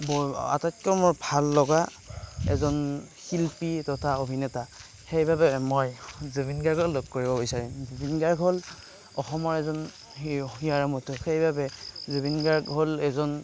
মোৰ আটাইতকৈ মোৰ ভাললগা এজন শিল্পী তথা অভিনেতা সেইবাবে মই জুবিন গাৰ্গক লগ কৰিব বিচাৰিম জুবিন গাৰ্গ হ'ল অসমৰ এজন হিয়াৰ আমঠু সেইবাবে জুবিন গাৰ্গ হ'ল এজন